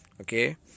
Okay